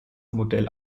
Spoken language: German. modell